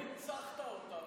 היום ניצחת אותם,